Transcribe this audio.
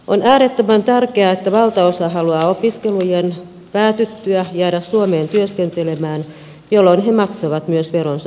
on äärettömän tärkeää että valtaosa haluaa opiskelujen päätyttyä jäädä suomeen työskentelemään jolloin he maksavat myös veronsa suomeen